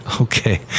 Okay